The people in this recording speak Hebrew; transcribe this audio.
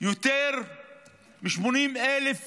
יותר מ-80,000